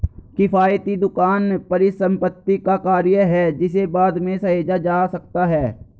किफ़ायती दुकान परिसंपत्ति का कार्य है जिसे बाद में सहेजा जा सकता है